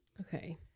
Okay